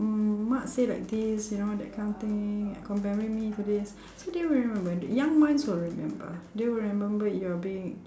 mak say like this you know that kind of thing comparing me to this so they remember the young ones will remember they will remember you are being